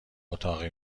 اتاقی